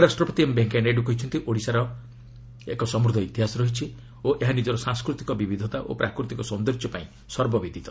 ଉପରାଷ୍ଟ୍ରପତି ଏମ୍ ଭେଙ୍କୟାନାଇଡୁ କହିଛନ୍ତି' ଓଡିଶାର ଏକ ସମୂଦ୍ଧ ଇତିହାସ ରହିଛି ଓ ଏହା ନିଜର ସାଂସ୍କୃତିକ ବିବିଧତା ଓ ପ୍ରାକୃତିକ ସୌନ୍ଦର୍ଯ୍ୟ ପାଇଁ ସର୍ବବିଦିତ